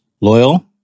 Loyal